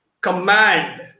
command